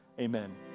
amen